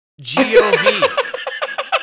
G-O-V